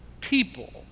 people